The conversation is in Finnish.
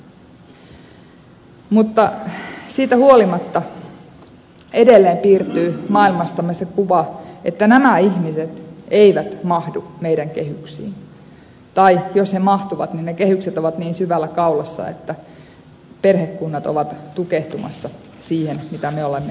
mutta siitä huolimatta edelleen piirtyy maailmastamme se kuva että nämä ihmiset eivät mahdu meidän kehyksiimme tai jos he mahtuvat niin ne kehykset ovat niin syvällä kaulassa että perhekunnat ovat tukehtumassa siihen mitä me olemme heille tarjonneet